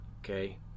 okay